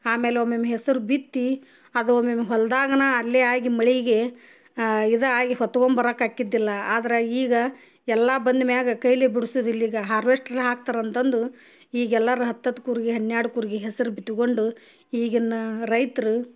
ಆಮೇಲೆ ಒಮೆಮ್ಮೆ ಹೆಸರು ಬಿತ್ತಿ ಅದು ಒಮ್ಮೆಮ್ಮೆ ಹೊಲ್ದಾಗನ ಅಲ್ಲೇ ಆಗಿ ಮಳೆಗೆ ಇದು ಆಗಿ ಹೊತ್ಕೊಂದು ಬರಕ್ಕೆ ಹಾಕ್ಕಿದ್ದಿಲ್ಲ ಆದ್ರೆ ಈಗ ಎಲ್ಲಾ ಬಂದ್ಮ್ಯಾಗ ಕೈಲಿ ಬುಡ್ಸುದ ಇಲ್ಲೀಗ ಹಾರ್ವೆಸ್ಟ್ರ್ ಹಾಕ್ತಾರೆ ಅಂತಂದು ಈಗೆಲ್ಲರು ಹತ್ತತ್ತು ಕೂರ್ಗಿ ಹನ್ನೆರಡು ಕೂರ್ಗಿ ಹೆಸ್ರು ಬಿತ್ಕೊಂಡು ಈಗಿನ ರೈತ್ರು